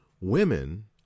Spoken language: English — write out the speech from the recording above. women